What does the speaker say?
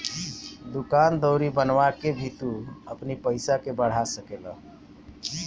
दूकान दौरी बनवा के भी तू अपनी पईसा के बढ़ा सकेला